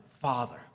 father